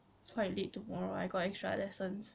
quite late tomorrow I got extra lessons